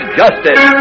justice